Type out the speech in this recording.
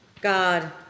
God